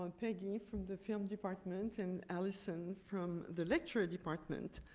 um peggy from the film department and alison from the lecturer department.